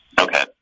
Okay